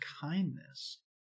kindness